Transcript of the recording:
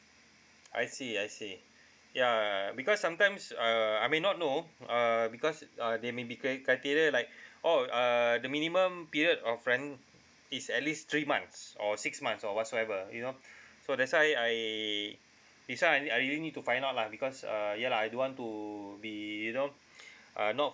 I see I see ya because sometimes err I may not know uh because uh they may be cri~ criteria like oh uh the minimum period of rent is at least three months or six months or whatsoever you know so that's why I this one I I really need to find out lah because uh ya lah I don't want to be you know uh not